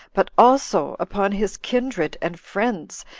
but also upon his kindred and friends,